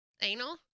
Anal